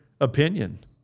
opinion